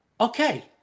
Okay